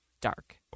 dark